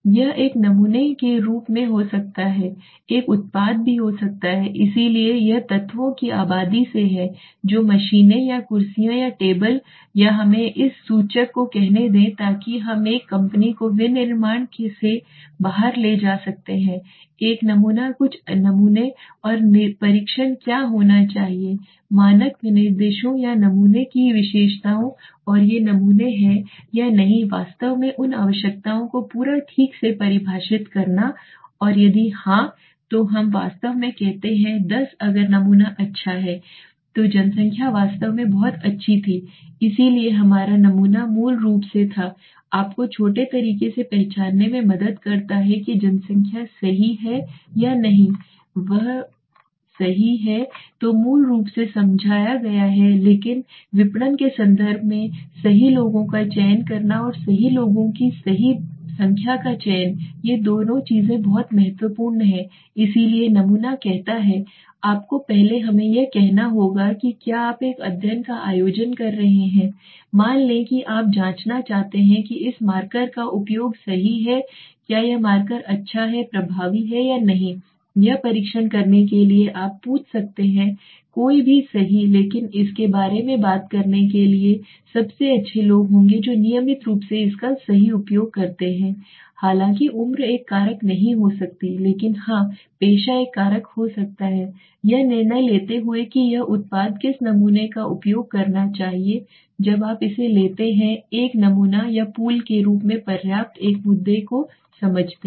यह एक नमूना के रूप में हो सकता है एक उत्पाद भी हो सकता है इसलिए यह तत्वों की आबादी से है जो मशीनें या कुर्सियां या टेबल या हमें इस सूचक को कहने दें ताकि हम एक कंपनी को विनिर्माण से बाहर ले जा सकते हैं एक नमूना कुछ नमूने और परीक्षण क्या होना चाहिए मानक विनिर्देशों या नमूने की विशेषताओं और ये नमूने हैं या नहीं वास्तव में उन आवश्यकताओं को पूरा ठीक से परिभाषित करना और यदि हां तो हम वास्तव में कहते हैं दस अगर अच्छा नमूना है तो जनसंख्या वास्तव में बहुत अच्छी थी इसलिए हमारा नमूना मूल रूप से था आपको छोटे तरीके से पहचानने में मदद करता है कि जनसंख्या सही है या नहीं यह वही है जो मूल रूप से समझाया गया है लेकिन विपणन के संदर्भ में सही लोगों का चयन करना और सही लोगों की सही संख्या का चयन दो चीजें बहुत महत्वपूर्ण हैं इसलिए नमूना कहता है आपको पहले हमें यह कहना होगा कि क्या आप एक अध्ययन का आयोजन कर रहे हैं मान लें कि आप जाँचना चाहते हैं कि इस मार्कर का उपयोग सही है कि क्या यह मार्कर अच्छा प्रभावी है या नहीं यह परीक्षण करने के लिए आप पूछ सकते हैं कोई भी सही लेकिन इसके बारे में बात करने के लिए सबसे अच्छे लोग होंगे जो नियमित रूप से इसका सही उपयोग करना हैं हालाँकि उम्र एक कारक नहीं हो सकती लेकिन हाँ पेशा एक कारक हो सकता है यह निर्णय लेते हुए कि यह उत्पाद किस नमूने का उपयोग करना चाहिए जब आप इसे लेते हैं एक नमूना या पुल के रूप में पर्याप्त एक मुद्दे को समझते हैं